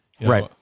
Right